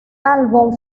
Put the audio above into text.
álbum